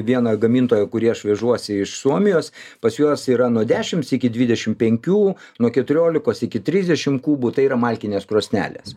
vieną gamintoją kurį aš vežuosi iš suomijos pas juos yra nuo dešims iki dvidešim penkių nuo keturiolikos iki trisdešim kubų tai yra malkinės krosnelės